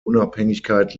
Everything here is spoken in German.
unabhängigkeit